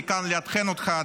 אני כאן לעדכן אותך,